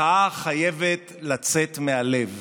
מחאה חייבת לצאת מהלב,